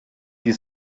die